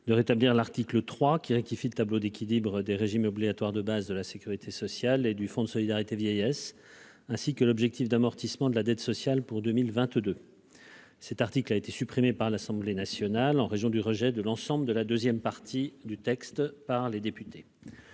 de rétablir l'article 3 qui rectifie les tableaux d'équilibre des régimes obligatoires de base de la sécurité sociale et du Fonds de solidarité vieillesse ainsi que l'objectif d'amortissement de la dette sociale pour l'année 2022. Cet article a été supprimé par l'Assemblée nationale en raison du rejet de l'ensemble de la deuxième partie du texte par les députés.